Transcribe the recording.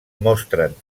mostren